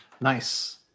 Nice